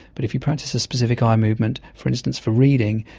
but if you practice a specific eye movement, for instance for reading,